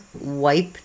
wipe